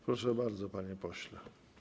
Proszę bardzo, panie pośle.